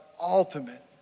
ultimate